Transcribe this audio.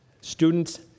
students